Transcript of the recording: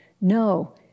no